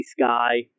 sky